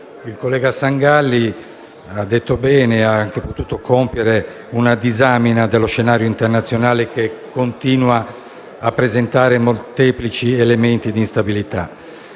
Il collega Sangalli ha compiuto una disamina dello scenario internazionale che continua a presentare molteplici elementi di instabilità;